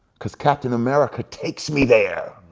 cause captain america takes me there.